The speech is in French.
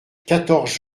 quatorze